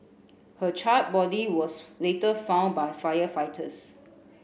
her charred body was later found by firefighters